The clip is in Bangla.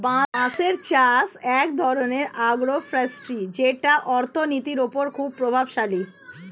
বাঁশের চাষ এক ধরনের আগ্রো ফরেষ্ট্রী যেটা অর্থনীতির ওপর খুবই প্রভাবশালী